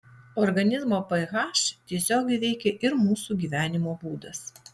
organizmo ph tiesiogiai veikia ir mūsų gyvenimo būdas